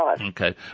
Okay